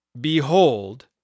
Behold